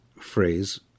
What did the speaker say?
phrase